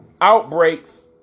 outbreaks